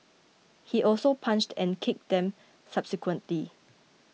he also punched and kicked them subsequently